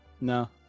No